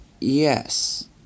yes